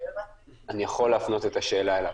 אני יכול להפנות את השאלה אליו.